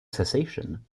cessation